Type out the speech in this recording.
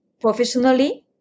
professionally